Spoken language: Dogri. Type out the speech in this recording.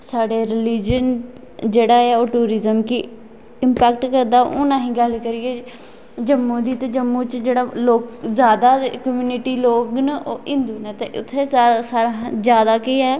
साढ़े रिलिजन जेह्ड़ा ऐ ओह् टूरिज्म गी इंपैक्ट करदा हून अहें गल्ल करिये जम्मू दी ते जम्मू च जेह्ड़ा लोक जादा कम्यूनिटी लोक न ओह् हिंदू न ते उत्थै जादा सारा हा जादा केह् ऐ